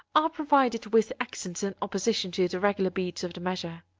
are provided with accents in opposition to the regular beats of the measure.